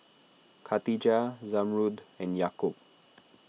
Khatijah Zamrud and Yaakob